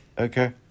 Okay